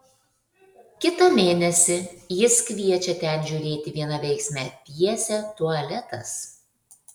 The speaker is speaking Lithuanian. kitą mėnesį jis kviečia ten žiūrėti vienaveiksmę pjesę tualetas